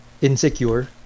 Insecure